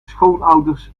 schoonouders